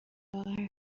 لاغر